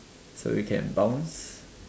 so you can bounce